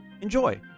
enjoy